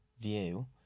view